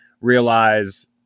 realize